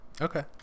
Okay